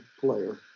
player